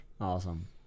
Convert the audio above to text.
Awesome